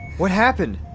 what happened?